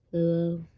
hello